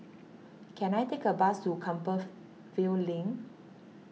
can I take a bus to Compassvale Link